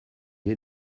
est